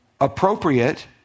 appropriate